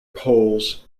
poles